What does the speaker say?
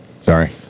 Sorry